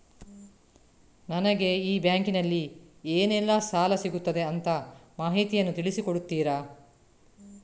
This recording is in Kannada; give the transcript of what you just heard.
ನನಗೆ ಈ ಬ್ಯಾಂಕಿನಲ್ಲಿ ಏನೆಲ್ಲಾ ಸಾಲ ಸಿಗುತ್ತದೆ ಅಂತ ಮಾಹಿತಿಯನ್ನು ತಿಳಿಸಿ ಕೊಡುತ್ತೀರಾ?